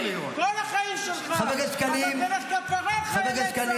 וב-1967 --------- חברי הכנסת,